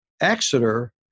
Exeter